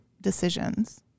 decisions